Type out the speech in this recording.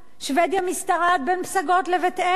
שבדיה משתרעת בין פסגות לבית-אל.